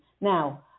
Now